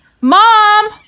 mom